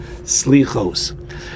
Slichos